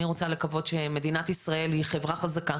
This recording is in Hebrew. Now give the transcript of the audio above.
אני רוצה לקוות שמדינת ישראל היא חברה חזקה